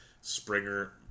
Springer